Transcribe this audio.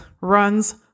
runs